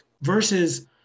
versus